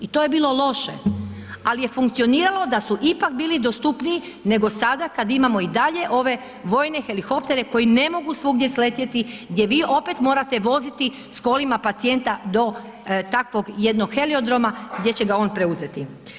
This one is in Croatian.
I to je bilo loše, ali je funkcioniralo da su ipak bili dostupniji nego sada kada imamo i dalje ove vojne helikoptere koji ne mogu svugdje sletjeti, gdje vi opet morate voziti s kolima pacijenta do takvog jednog heliodroma gdje će ga on preuzeti.